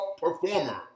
performer